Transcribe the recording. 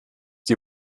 die